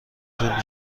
طول